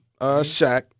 Shaq